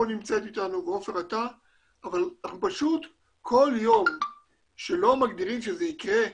אבל כל יום שלא מגדירים שזה יקרה מראש,